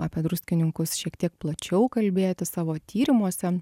apie druskininkus šiek tiek plačiau kalbėti savo tyrimuose